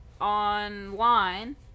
online